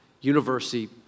university